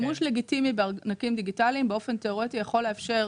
שימוש לגיטימי בארנקים דיגיטאליים באופן תיאורטי יכול לאפשר